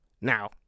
Now